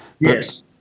Yes